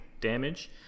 damage